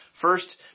First